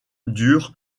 dur